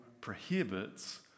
prohibits